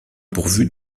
pourvue